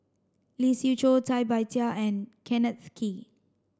Lee Siew Choh Cai Bixia and Kenneth Kee